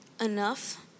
enough